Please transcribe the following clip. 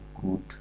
good